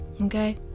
Okay